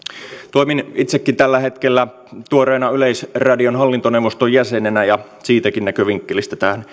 toimin itsekin tällä hetkellä tuoreena yleisradion hallintoneuvoston jäsenenä ja siitäkin näkövinkkelistä tähän